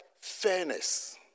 fairness